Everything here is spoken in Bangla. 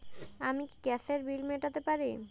আমি কি গ্যাসের বিল মেটাতে পারি?